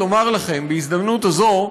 לומר לכם בהזדמנות הזאת,